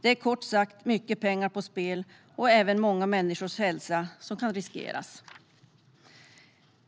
Det är kort sagt mycket pengar på spel och många människors hälsa som kan riskeras.